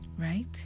right